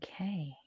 Okay